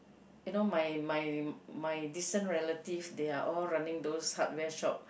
you know my my my distant relatives they are all running those hardware shop